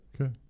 Okay